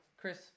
Chris